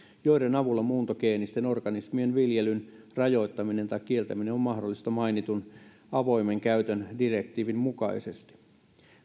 joiden avulla muuntogeenisten organismien viljelyn rajoittaminen tai kieltäminen on mahdollista mainitun avoimen käytön direktiivin mukaisesti